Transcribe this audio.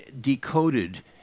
decoded